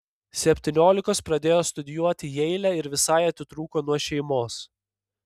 septyniolikos pradėjo studijuoti jeile ir visai atitrūko nuo šeimos